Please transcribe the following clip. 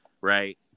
right